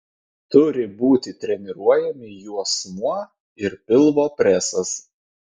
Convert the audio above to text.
turi būti treniruojami juosmuo ir pilvo presas